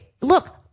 Look